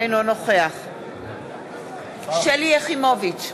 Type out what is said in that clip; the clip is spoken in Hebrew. אינו נוכח שלי יחימוביץ,